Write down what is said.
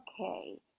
Okay